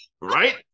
right